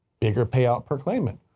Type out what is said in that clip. bigger payout per claimant,